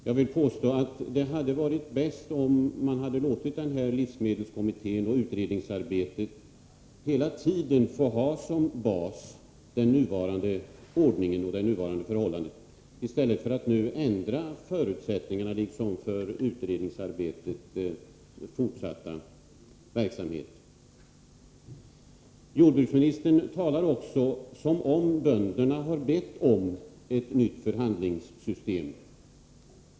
Jag vill påstå att det hade varit bäst om man hade låtit livsmedelskommittén och utredningsarbetet hela tiden få ha som bas den nuvarande ordningen och det nuvarande förhållandet i stället för att ändra förutsättningarna för det fortsatta utredningsarbetet. Jordbruksministern talar också som om bönderna har bett om ett nytt förhandlingssystem.